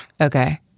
Okay